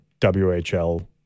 WHL